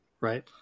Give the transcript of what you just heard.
right